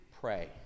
pray